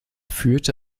führte